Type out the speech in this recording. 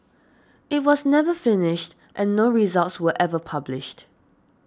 it was never finished and no results were ever published